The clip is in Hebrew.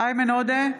איימן עודה,